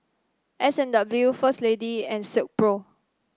S and W First Lady and Silkpro